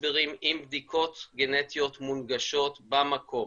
הסברים עם בדיקות גנטיות מונגשות במקום.